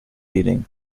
eating